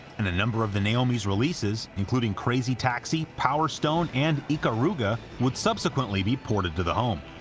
and a number of the naomi's releases, including crazy taxi, power stone, and ikaruga would subsequently be ported to the home.